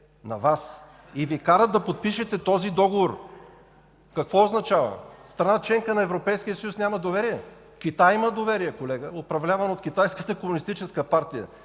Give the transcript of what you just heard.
на Вас, и Ви карат да подпишете този договор, какво означава? Страна – членка на Европейския съюз, няма доверие! Китай има доверие, колега, управляван от Китайската комунистическа партия!